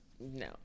No